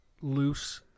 loose